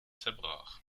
zerbrach